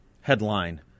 headline